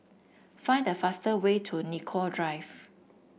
find the fast way to Nicoll Drive